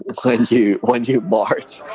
when when you when you march